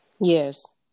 yes